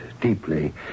deeply